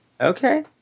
Okay